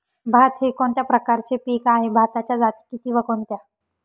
भात हे कोणत्या प्रकारचे पीक आहे? भाताच्या जाती किती व कोणत्या?